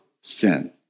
sin